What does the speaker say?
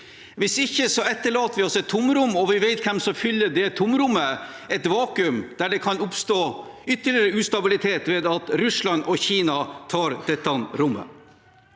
Hvis ikke etterlater vi oss et tomrom, og vi vet hvem som fyller det tomrommet, et vakuum, der det kan oppstå ytterligere ustabilitet ved at Russland og Kina tar dette rommet.